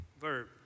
verb